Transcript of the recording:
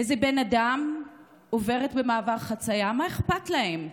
איזה בן אדם עובר במעבר חציה, מה אכפת להם?